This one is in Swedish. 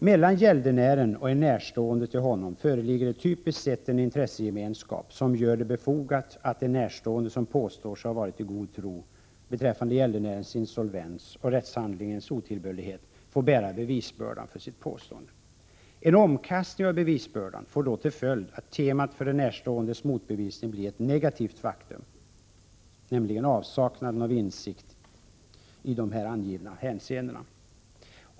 Mellan gäldenären och en närstående till honom föreligger typiskt sett en intressegemenskap som gör det befogat att en närstående som påstår sig ha varit i god tro beträffande gäldenärens insolvens och rättshandlingens otillbörlighet får bära bevisbördan för sitt påstående. En omkastning av bevisbördan får då till följd att temat för den närståendes motbevisning blir ett negativt faktum, nämligen avsaknaden av insikt i de angivna hänseendena.